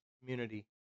Community